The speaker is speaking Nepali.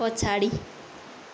पछाडि